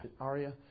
Aria